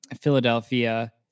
Philadelphia